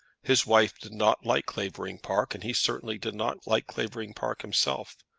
his wife did not like clavering park, and he certainly did not like clavering park himself.